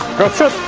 dropshot,